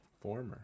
Former